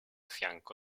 fianco